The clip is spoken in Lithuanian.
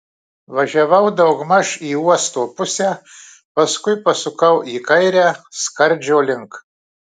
važiavau daugmaž į uosto pusę paskui pasukau į kairę skardžio link